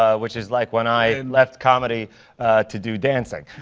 ah which is like when i left comedy to do dancing,